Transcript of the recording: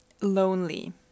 lonely